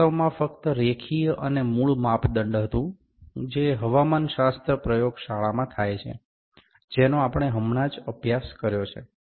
આ વાસ્તવમાં ફક્ત રેખીય અને મૂળ માપદંડ હતું જે હવામાનશાસ્ત્ર પ્રયોગશાળામાં થાય છે જેનો આપણે હમણાં જ અભ્યાસ કર્યો છે